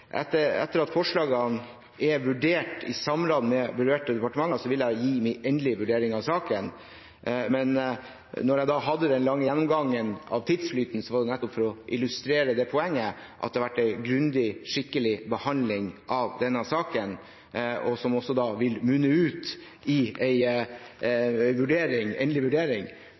vurdert i samråd med berørte departement, vil jeg gi min endelige vurdering av saken. Når jeg hadde den lange gjennomgangen av tidsflyten, var det nettopp for å illustrere det poenget at det har vært en grundig, skikkelig behandling av denne saken, som vil munne ut i en endelig vurdering.